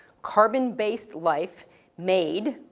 carbon-based life made,